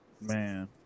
Man